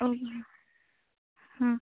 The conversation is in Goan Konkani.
अम हा